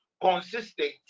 consistent